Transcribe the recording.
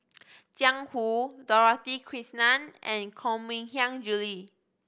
Jiang Hu Dorothy Krishnan and Koh Mui Hiang Julie